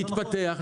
להתפתח,